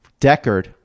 Deckard